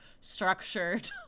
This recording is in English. structured